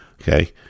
Okay